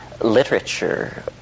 literature